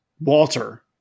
Walter